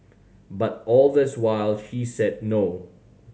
but all this while she said no